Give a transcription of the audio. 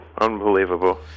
Unbelievable